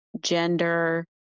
gender